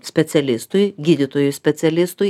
specialistui gydytojui specialistui